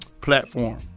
platform